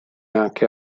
anche